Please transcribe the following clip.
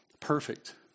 perfect